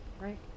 right